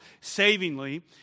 savingly